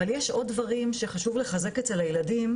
אבל יש עוד דברים שחשוב לחזק אצל הילדים.